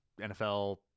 NFL